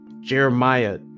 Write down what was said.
Jeremiah